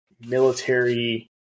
military